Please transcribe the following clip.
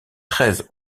treize